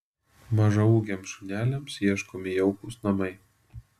mažaūgiams šuneliams ieškomi jaukūs namai